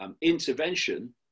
intervention